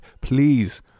please